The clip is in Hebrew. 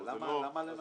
אבל זה לא --- אבל למה?